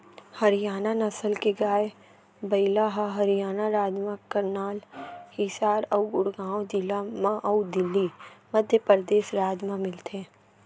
हरियाना नसल के गाय, बइला ह हरियाना राज म करनाल, हिसार अउ गुड़गॉँव जिला म अउ दिल्ली, मध्य परदेस राज म मिलथे